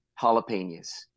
jalapenos